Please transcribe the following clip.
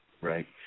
Right